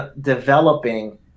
developing